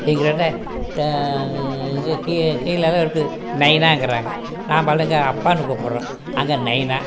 எங்ககிட்டே கீழே இருக்கு நைனாங்கிறாங்க நம்பாளுங்க அப்பான்னு கூப்புடறோம் அங்கே நைனா